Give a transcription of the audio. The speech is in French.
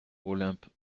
olympe